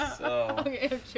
Okay